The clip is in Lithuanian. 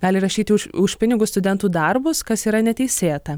gali rašyti už už pinigus studentų darbus kas yra neteisėta